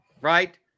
Right